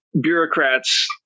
bureaucrats